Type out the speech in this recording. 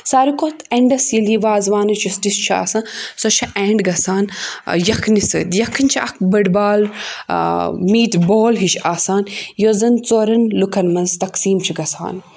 ساروی کھۄتہٕ اؠنٛڈَس ییٚلہِ یہِ وازوانٕچ یہِ ڈِش چھُ آسان سۄ چھےٚ اؠنٛڈ گژھان یَکھٕنہِ سۭتۍ یَکھٕنۍ چھِ اَکھ بٔڑ بالہٕ میٖٹ بول ہِش آسان یۄس زَن ژورَن لُکَن منٛز تَقسیٖم چھِ گژھان